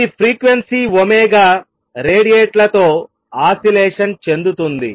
ఇది frequency omega రేడియేట్లతో oscillation చెందుతుంది